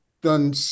done